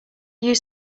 use